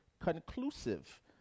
conclusive